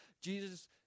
Jesus